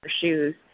shoes